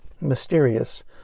mysterious